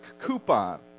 coupon